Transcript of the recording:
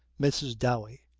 mrs. dowey,